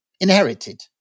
inherited